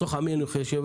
בתוך עמי אני יושב,